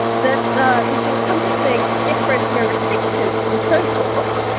that is encompassing different jurisdictions and so forth.